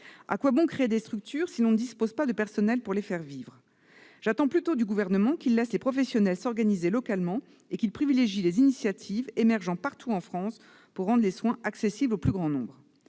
À quoi bon créer des structures, si l'on ne dispose pas de personnel pour les faire vivre ? J'attends plutôt du Gouvernement qu'il laisse les professionnels s'organiser localement et qu'ils privilégient les initiatives émergeant partout en France pour rendre les soins accessibles au plus grand nombre.